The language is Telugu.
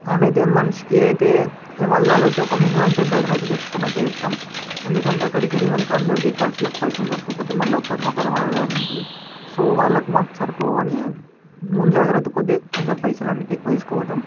అండ్ అయితే మనిషికైతే వాళ్ళు నాలుగు అయితే మినిమం టెన్ థౌసండ్ తెచ్చుకోండి అయితే చెబుతాం ఎందుకంటే అక్కడికి వెళ్ళినాక అందరికీ ఖర్చులకు పైసలు సరిపోకపోతే మల్ల ఒకరినొకరిని అడగడం ఉంటుంది సో వాళ్లకి మాకు సరిపోవని ముందు జాగ్రత్త కొద్దీ కొంచెం పైసలు అనేటివి ఎక్కువ తీసుకపోతాం